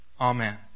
Amen